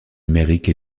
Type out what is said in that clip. numérique